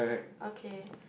okay